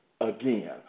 again